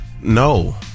No